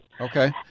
Okay